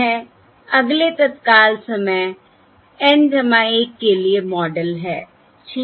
यह अगले तत्काल समय N 1 के लिए मॉडल है ठीक है